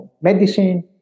medicine